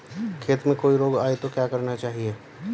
खेत में कोई रोग आये तो क्या करना चाहिए?